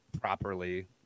properly